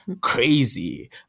crazy